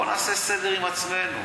בואו נעשה סדר עם עצמנו,